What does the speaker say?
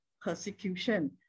persecution